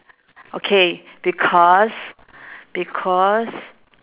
okay because because